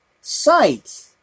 sight